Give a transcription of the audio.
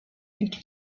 and